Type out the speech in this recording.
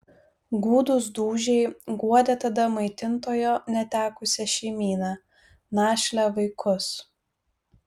gūdūs dūžiai guodė tada maitintojo netekusią šeimyną našlę vaikus